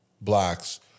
blacks